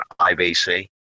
IBC